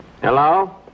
Hello